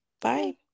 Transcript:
bye